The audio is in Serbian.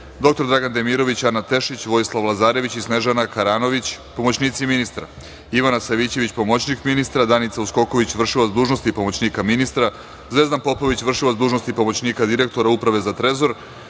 dr Dragan Demirović, Ana Tešić, Vojislav Lazarević i Snežana Karanović, pomoćnici ministra, Ivana Savićević, pomoćnik ministra, Danica Uskoković, vršilac dužnosti pomoćnika ministra, Zvezdan Popović, vršilac dužnosti pomoćnika direktora Uprave za trezor,